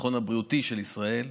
הבריאותי של ישראל.